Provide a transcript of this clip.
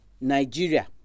Nigeria